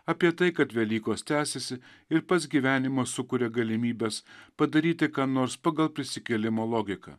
apie tai kad velykos tęsiasi ir pats gyvenimas sukuria galimybes padaryti ką nors pagal prisikėlimo logiką